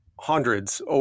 hundreds